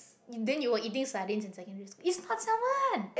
then you were eating sardine in secondary school it's not salmon